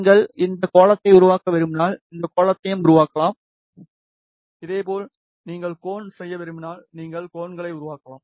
நீங்கள் இந்த கோளத்தை உருவாக்க விரும்பினால் இந்த கோளத்தையும் உருவாக்கலாம் இதேபோல் நீங்கள் கோன் செய்ய விரும்பினால் நீங்கள் கோன்களை உருவாக்கலாம்